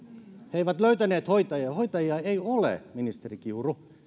he eivät löytäneet hoitajia hoitajia ei ole ministeri kiuru